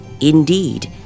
Indeed